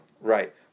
Right